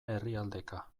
herrialdeka